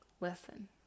Listen